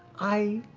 i